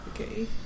Okay